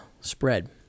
spread